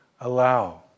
allow